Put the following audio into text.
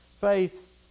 Faith